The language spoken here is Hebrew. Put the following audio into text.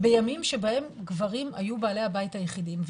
בימים שבהם גברים היו בעלי הבית היחידים,